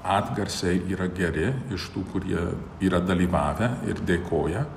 atgarsiai yra geri iš tų kurie yra dalyvavę ir dėkoja